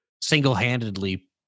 single-handedly